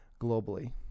globally